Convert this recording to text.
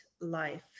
life